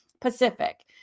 Pacific